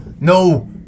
No